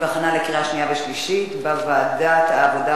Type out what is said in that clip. והכנה לקריאה שנייה ושלישית בוועדת העבודה,